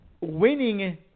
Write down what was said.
winning